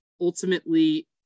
ultimately